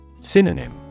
Synonym